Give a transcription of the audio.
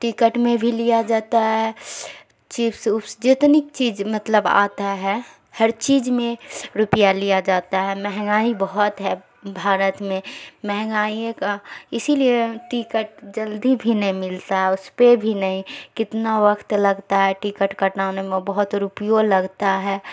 ticket میں بھی لیا جاتا ہے چپسس اوپس جتنی چیز مطلب آتا ہے ہر چیز میں روپیہ لیا جاتا ہے مہنگائی بہت ہے بھارت میں مہنگائیے کا اسی لیے ٹکٹ جلدی بھی نہیں ملتا اس پہ بھی نہیں کتنا وقت لگتا ہے ٹکٹ کٹانے میں بہت روپیا لگتا ہے